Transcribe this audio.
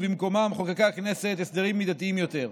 ובמקומם חוקקה הכנסת הסדרים מידתיים יותר.